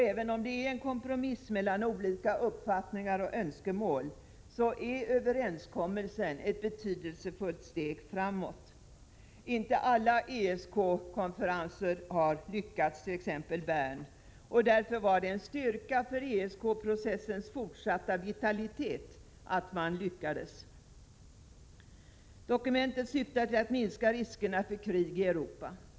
Även om det är en kompromiss mellan olika uppfattningar och önskemål, är överenskommelsen ett betydelsefullt steg framåt. Inte alla ESK-konferenser har lyckats, t.ex. inte den i Bern, och det innebar därför en styrka för ESK-processens fortsatta vitalitet att man lyckades. Dokumentet syftar till att minska riskerna för krig i Europa.